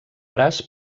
braç